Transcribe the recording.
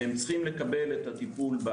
וצריכים לקבל את הטיפול.